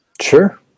Sure